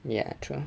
ya true